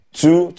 two